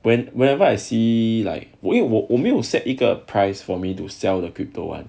when whenever I see like would you will only 我没有 set 一个 price for me to sell the crypto one